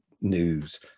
News